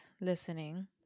listening